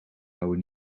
houden